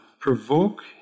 Provoke